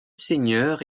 seigneur